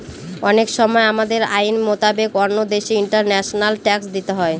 অনেক সময় আমাদের আইন মোতাবেক অন্য দেশে ইন্টারন্যাশনাল ট্যাক্স দিতে হয়